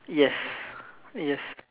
yes yes